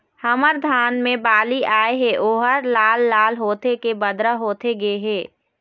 हमर धान मे बाली आए हे ओहर लाल लाल होथे के बदरा होथे गे हे?